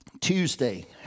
Tuesday